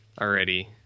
already